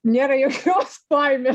nėra jokios baimė